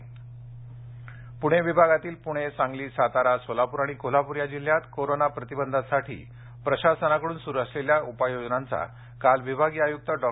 आढावा बैठक पुणे विभागातील पुणे सांगली सातारा सोलापूर आणि कोल्हापूर या जिल्हयांत कोरोना प्रतिबंधासाठी प्रशासनाकडून सुरू असलेल्या उपाययोजनांचा काल विभागीय आयुक्त डॉ